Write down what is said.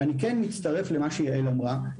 אני כן מצטרך למה שאמרה יעל,